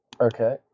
Okay